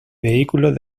vehículos